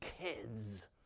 kids